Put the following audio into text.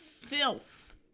filth